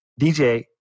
DJ